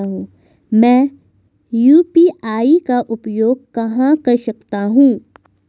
मैं यू.पी.आई का उपयोग कहां कर सकता हूं?